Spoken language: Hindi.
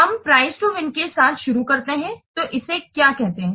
हम प्राइस टू विन के साथ शुरू करते हैं इसे क्या कहते हैं